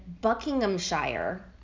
Buckinghamshire